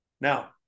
Now